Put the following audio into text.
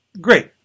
great